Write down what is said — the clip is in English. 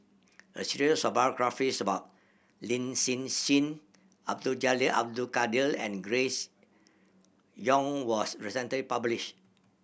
a series of biographies about Lin Hsin Hsin Abdul Jalil Abdul Kadir and Grace Young was recently publish